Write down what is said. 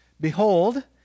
Behold